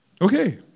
Okay